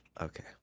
Okay